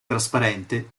trasparente